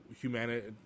humanity